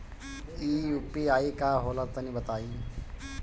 इ यू.पी.आई का होला तनि बताईं?